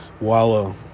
wallow